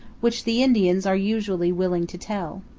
which the indians are usually willing to tell.